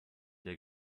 der